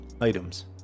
items